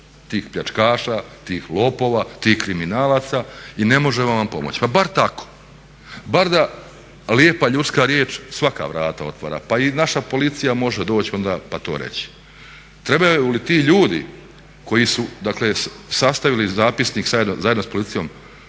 tih pljačkaša, tih lopova, tih kriminalaca i ne možemo vam pomoći. Pa bar tako, bar da lijepa ljudska riječ svaka vrata otvara pa i naša policija može doći onda pa to reći. Trebaju li ti ljudi koji su dakle sastavili zapisnik zajedno s policijom